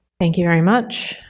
thank you very much.